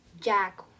Jack